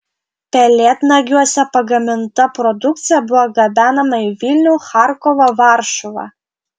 pelėdnagiuose pagaminta produkcija buvo gabenama į vilnių charkovą varšuvą